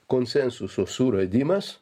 konsensuso suradimas